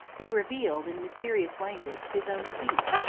they revealed, in mysterious language, his own defeat,